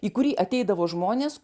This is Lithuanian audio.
į kurį ateidavo žmonės